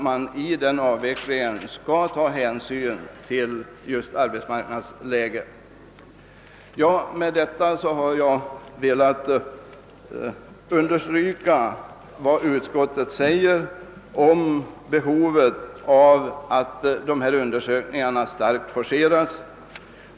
Med detta har jag velat understryka vad utskottet uttalat om behovet av att dessa undersökningar starkt forceras.